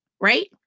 right